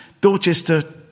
Dorchester